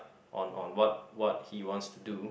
on on what what he wants to do